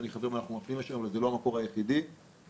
שישראל התחייבה לחוקק אותו כשהיא נכנסה ל-OECD בשנת 2010,